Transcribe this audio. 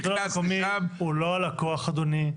השלטון המקומי הוא לא הלקוח, אדוני.